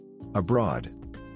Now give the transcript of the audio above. Abroad